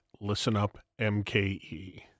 listenupmke